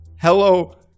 hello